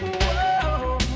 Whoa